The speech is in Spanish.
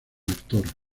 actor